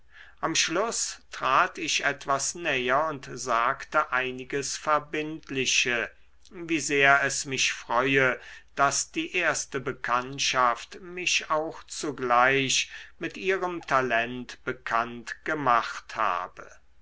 am schluß trat ich etwas näher und sagte einiges verbindliche wie sehr es mich freue daß die erste bekanntschaft mich auch zugleich mit ihrem talent bekannt gemacht habe